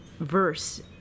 verse